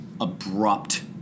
abrupt